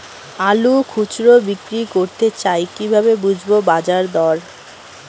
আলু খুচরো বিক্রি করতে চাই কিভাবে বুঝবো বাজার দর?